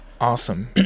awesome